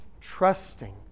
trusting